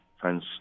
friends